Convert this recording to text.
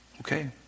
okay